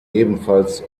ebenfalls